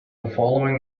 following